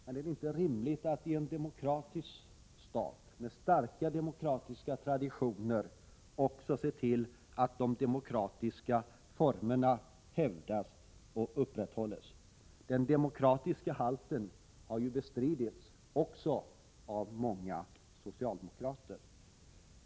Men är det inte rimligt i en demokratisk stat, med starka demokratiska traditioner, att också se till att de demokratiska formerna hävdas och upprätthålls? Den demokratiska halten har ju bestritts också av många socialdemokrater.